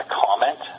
comment